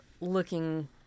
looking